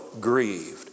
grieved